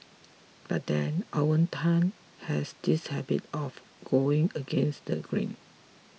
but then Owen Tan has this habit of going against the grain